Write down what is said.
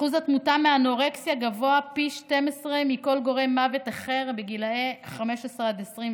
אחוז התמותה מאנורקסיה גבוה פי 12 מכל גורם מוות אחר בגיל 15 24,